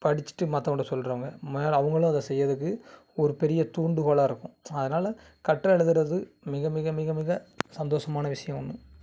படிச்சுட்டு மற்றவங்கக்கிட்ட சொல்கிறவங்க மேலே அவங்களும் அதை செய்கிறதுக்கு ஒரு பெரிய தூண்டுகோலாக இருக்கும் அதனால் கட்டுரை எழுதுறது மிக மிக மிக மிக சந்தோஷமான விஷயம் ஒன்று